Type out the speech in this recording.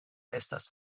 estas